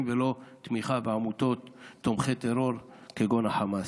ולא לתמיכה בעמותות תומכות טרור כגון החמאס.